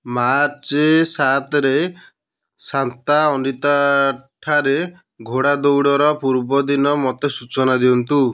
March ସାତରେ Santa Anita ଠାରେ ଘୋଡ଼ା ଦୌଡ଼ର ପୂର୍ବଦିନ ମୋତେ ସୂଚନା ଦିଅନ୍ତୁ